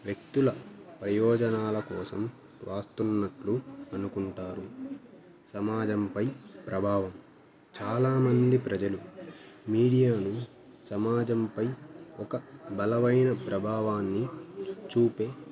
వ్యక్తుల ప్రయోజనాల కోసం వ్రాస్తున్నట్లు అనుకుంటారు సమాజంపై ప్రభావం చాలామంది ప్రజలు మీడియాను సమాజంపై ఒక బలమైన ప్రభావాన్ని చూపే